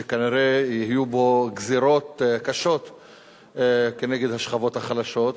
שכנראה יהיו בו גזירות קשות כנגד השכבות החלשות,